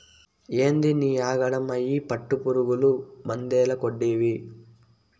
ఏందినీ ఆగడం, అయ్యి పట్టుపురుగులు మందేల కొడ్తివి